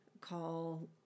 call